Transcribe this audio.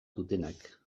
dutenak